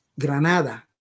Granada